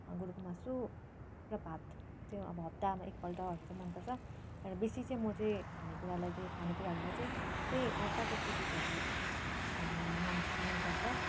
गोरुको मासु र भात चाहिँ अब हप्तामा एकपल्टहरू चाहिँ मनपर्छ तर बेसी चाहिँ म चाहिँ खानेकुरालाई चाहिँ खानेकुराहरूमा चाहिँ त्यही अब प्याकेटको चिजहरू खानु मन मनपर्छ